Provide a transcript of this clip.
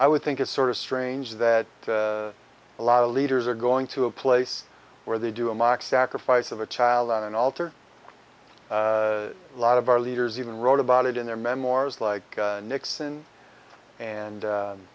i would think it's sort of strange that a lot of leaders are going to a place where they do a mock sacrifice of a child on an altar a lot of our leaders even wrote about it in their memoirs like nixon and